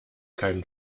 keinen